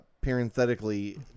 parenthetically